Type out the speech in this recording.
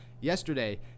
yesterday